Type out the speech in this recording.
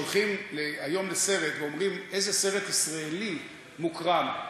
שהולכים היום לסרט ואומרים: איזה סרט ישראלי מוקרן,